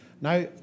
Now